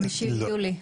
ב-5 ביולי.